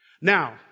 Now